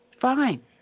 fine